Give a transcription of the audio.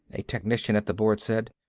a technician at the board said.